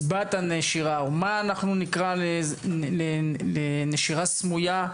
סיבת הנשירה או על למה אנחנו קוראים נשירה סמויה,